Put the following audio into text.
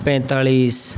पैंतालीस